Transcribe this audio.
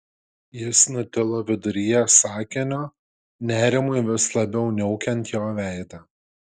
jis nutilo viduryje sakinio nerimui vis labiau niaukiant jo veidą